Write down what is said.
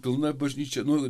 pilna bažnyčia nu